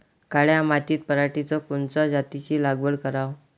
काळ्या मातीत पराटीच्या कोनच्या जातीची लागवड कराव?